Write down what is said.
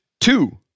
two